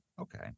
okay